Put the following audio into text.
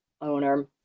owner